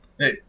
Hey